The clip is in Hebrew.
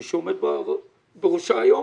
מי שעומד בראשה היום.